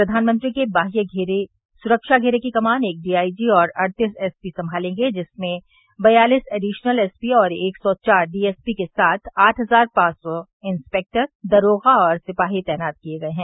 प्रधानमंत्री के वाह्य सुरक्षा घेरे की कमान एक डीआईजी और अड़तीस एसपी संभालेंगे जिसमें बयालीस एडीशनल एसपी एक सौ चार डीएसपी के साथ आठ हजार पांच सौ इंस्पेक्टर दरोगा और सिपाही तैनात किये गये हैं